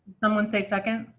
someone say second